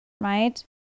right